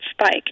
spike